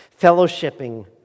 fellowshipping